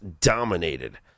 dominated